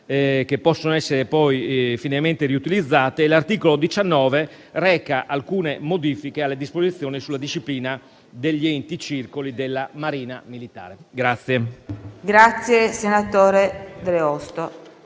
che possono essere riutilizzate, mentre l'articolo 19 reca alcune modifiche alle disposizioni sulla disciplina degli enti circoli della Marina militare.